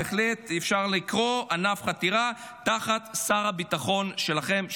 בהחלט אפשר לקרוא לזה ענף חתירה תחת שר הביטחון שלכם,